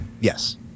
Yes